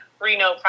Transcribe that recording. Reno